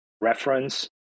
reference